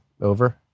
over